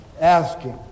asking